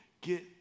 Get